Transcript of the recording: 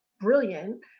brilliant